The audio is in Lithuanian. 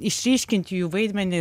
išryškinti jų vaidmenį